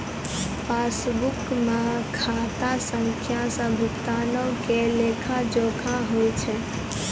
पासबुको मे खाता संख्या से भुगतानो के लेखा जोखा होय छै